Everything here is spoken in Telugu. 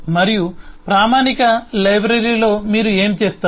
మరియు ప్రామాణిక లైబ్రరీలో మీరు ఏమి చేస్తారు